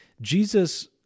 Jesus